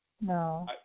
No